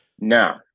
No